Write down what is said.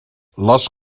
les